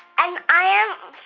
and i am